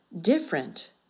different